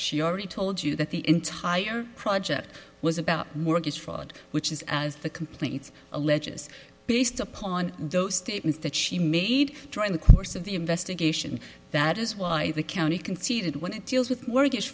she already told you that the entire project was about mortgage fraud which is as the complaints alleges based upon those statements that she made during the course of the investigation that is why the county conceded when it deals with mortgage